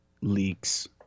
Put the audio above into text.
leaks